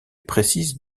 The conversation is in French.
précise